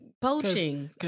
poaching